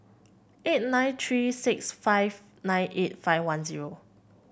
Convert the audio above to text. eight nine three six five nine eight five one zero